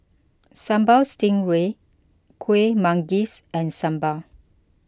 Sambal Stingray Kuih Manggis and Sambal